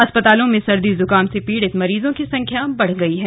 अस्पतालों में सर्दी जुकाम से पीड़ित मरीजों की संख्या बढ़ गई है